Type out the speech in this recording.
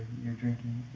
your drinking